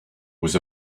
was